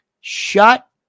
Shut